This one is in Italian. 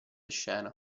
scena